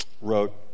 wrote